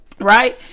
right